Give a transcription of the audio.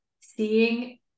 seeing